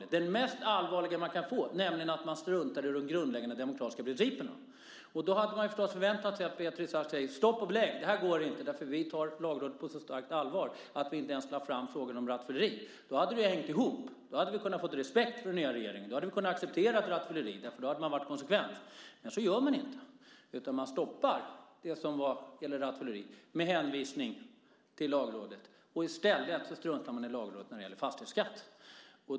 Det är den mest allvarliga kritik man kan få, nämligen att man struntar i de grundläggande demokratiska principerna. Man hade förstås förväntat sig att Beatrice Ask skulle säga: Stopp och belägg! Det här går inte. Vi tar Lagrådet på så stort allvar att vi inte ens lade fram frågan om rattfylleri. Då hade det hängt ihop. Då hade vi kunnat få respekt för den nya regeringen. Då hade vi kunnat acceptera frågan om rattfylleri eftersom man hade varit konsekvent. Men så gör man inte. Man stoppar det som gällde rattfylleri med hänvisning till Lagrådet. I stället struntar man i Lagrådet när det gäller fastighetsskatt.